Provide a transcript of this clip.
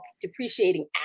depreciating